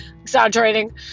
Exaggerating